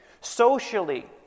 Socially